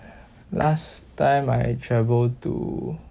last time I travel to